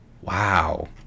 Wow